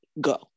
go